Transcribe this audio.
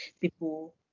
people